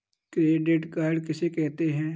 Credit card किसे कहते हैं?